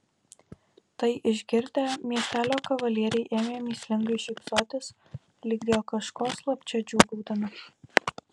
tai išgirdę miestelio kavalieriai ėmė mįslingai šypsotis lyg dėl kažko slapčia džiūgaudami